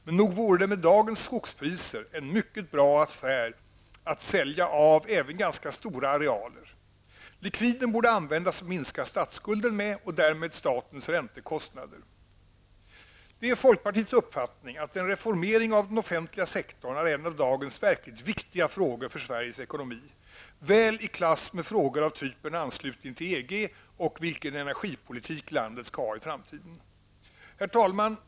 Men nog vore det med dagens skogspriser en mycket bra affär att sälja av även ganska stora arealer? Likviden borde användas att minska statsskulden med, och därmed statens räntekostnader. Det är folkpartiets uppfattning, att en reformeringen av den offentliga sektorn är en av dagens verkligt viktiga frågor för Sveriges ekonomi, väl i klass med frågor av typen ''anslutning till EG'' och frågan om vilken energipolitik landet skall ha i framtiden. Herr talman!